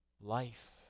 life